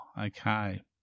okay